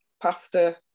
pasta